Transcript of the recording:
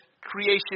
creation